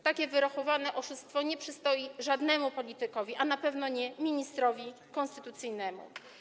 Takie wyrachowane oszustwo nie przystoi żadnemu politykowi, a na pewno nie ministrowi konstytucyjnemu.